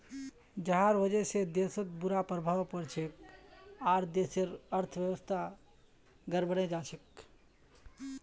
जहार वजह से देशत बुरा प्रभाव पोरछेक आर देशेर अर्थव्यवस्था गड़बड़ें जाछेक